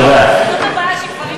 חברי